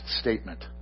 statement